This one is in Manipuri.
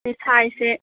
ꯁꯥꯏꯁꯁꯦ